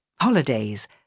holidays